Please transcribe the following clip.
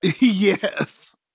Yes